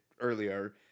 earlier